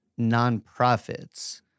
nonprofits